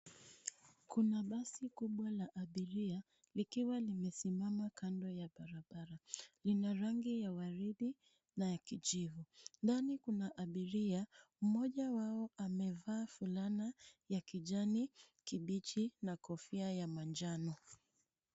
Kuna basi kubwa la abiria likiwa limesimama kando ya barabara. Lina rangi ya waridi na ya kijivu. Ndani kuna abiria, mmoja wao amevaa fulana ya kijani kibichi na kofia ya manjano.